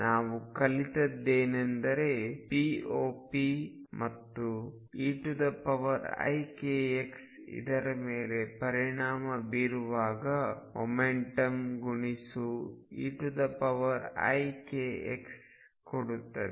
ನಾವು ಕಲಿತದ್ದೇನು ಎಂದರೆ pop eikx ಇದರ ಮೇಲೆ ಪರಿಣಾಮ ಬೀರುವಾಗ ಮೊಮೆಂಟಮ್ ಗುಣಿಸು eikx ಕೊಡುತ್ತದೆ